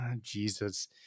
Jesus